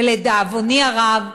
ולדאבוני הרב,